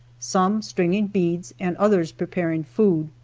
some stringing beads and others preparing food.